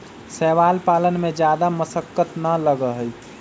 शैवाल पालन में जादा मशक्कत ना लगा हई